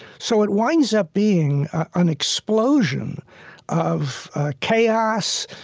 so it winds up being an explosion of chaos,